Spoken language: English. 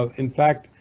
um in fact,